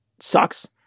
sucks